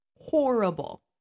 Horrible